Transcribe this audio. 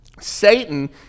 Satan